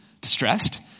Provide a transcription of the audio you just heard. distressed